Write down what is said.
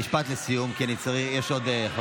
משפט לסיום, כי יש עוד חברי כנסת.